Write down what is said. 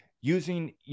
using